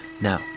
Now